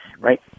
right